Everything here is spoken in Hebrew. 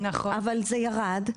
אבל זה ירד,